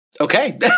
Okay